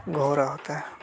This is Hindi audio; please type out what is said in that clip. घोडा होता है